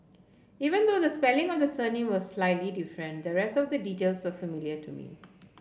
even though the spelling of the surname was slightly different the rest of the details were familiar to me